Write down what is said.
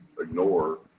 ignore